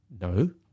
no